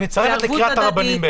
את בעצם מצטרפת לקריאת הרבנים.